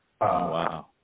Wow